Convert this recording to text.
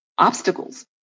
obstacles